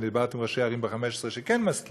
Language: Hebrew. כי דיברתי עם ראשי ערים ב-15 שכן מסכימים.